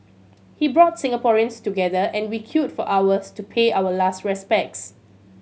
he brought Singaporeans together and we queued for hours to pay our last respects